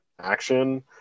action